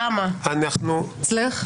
אצלי שניים.